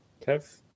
Kev